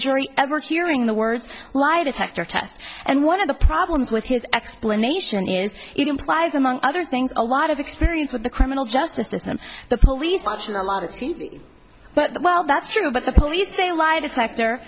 jury ever hearing the words lie detector test and one of the problems with his explanation is it implies among other things a lot of experience with the criminal justice system the police watching a lot of t v but well that's true but the police say lie detector